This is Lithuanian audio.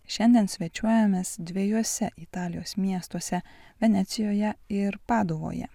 šiandien svečiuojamės dviejuose italijos miestuose venecijoje ir paduvoje